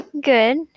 Good